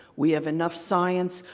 we have enough science.